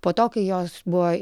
po to kai jos buvo